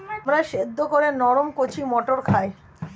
আমরা সেদ্ধ করে নরম কচি মটর খাই